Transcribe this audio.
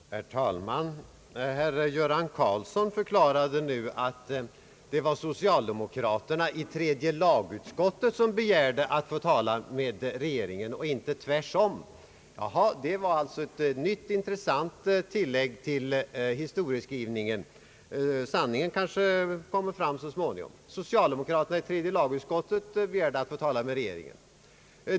Herr talman! Herr Göran Karlsson förklarade nu att det var socialdemokraterna i tredje lagutskottet som hade begärt att få tala med regeringen och inte tvärtom. Jaha, det var alltså ett nytt intressant tillägg till historieskrivningen. Sanningen kommer kanske fram så småningom. Det var alltså socialdemokraterna i tredje lagutskottet som bad att få tala med regeringen.